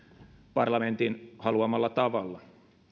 parlamentin haluamalla tavalla